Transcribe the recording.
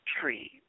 tree